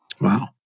Wow